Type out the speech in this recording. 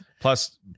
Plus